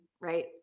right